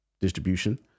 distribution